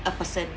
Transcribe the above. a person